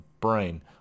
brain